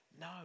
No